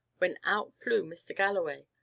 when out flew mr. galloway,